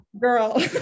girl